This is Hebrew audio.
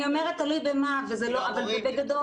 אני בוגר כיתה ד'